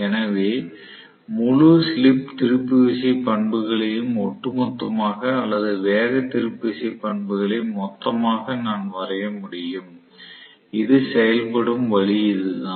எனவே முழு ஸ்லிப் திருப்பு விசை பண்புகளையும் ஒட்டுமொத்தமாக அல்லது வேக திருப்பு விசை பண்புகளை மொத்தமாக நான் வரைய முடியும் இது செயல்படும் வழி இதுதான்